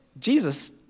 Jesus